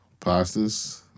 Pastas